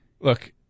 Look